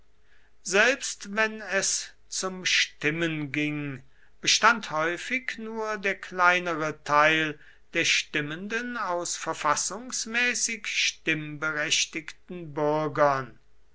selbst wenn es zum stimmen ging bestand häufig nur der kleinere teil der stimmenden aus verfassungsmäßig stimmberechtigten bürgern